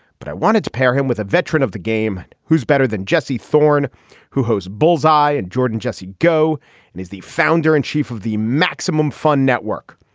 but i wanted to pair him with a veteran of the game who's better than jesse thorn who hosts bullseye and jordan jesse go and he's the founder and chief of the maximum fun network.